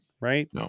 right